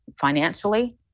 financially